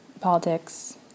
politics